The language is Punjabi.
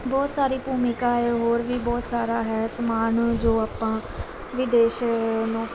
ਬਹੁਤ ਸਾਰੀ ਭੂਮਿਕਾ ਹੈ ਹੋਰ ਵੀ ਬਹੁਤ ਸਾਰਾ ਹੈ ਸਮਾਨ ਜੋ ਆਪਾਂ ਵਿਦੇਸ਼ ਨੂੰ